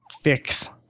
fix